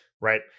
Right